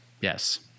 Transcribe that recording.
Yes